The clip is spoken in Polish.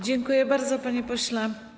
Dziękuję bardzo, panie pośle.